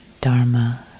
Dharma